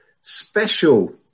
special